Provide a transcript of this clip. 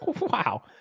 Wow